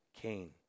Cain